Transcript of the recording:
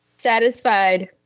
satisfied